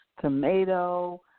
tomato